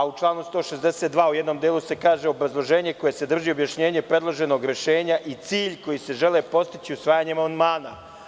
U članu 162. u jednom delu se kaže – obrazloženje koje sadrži objašnjenje predloženog rešenja i cilj koji se želi postići usvajanjem amandman.